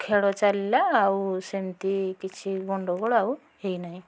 ଖେଳ ଚାଲିଲା ଆଉ ସେମତି କିଛି ଗଣ୍ଡୋଗୋଳ ଆଉ ହୋଇନାହିଁ